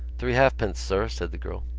three halfpence, sir, said the girl.